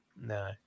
No